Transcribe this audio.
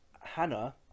Hannah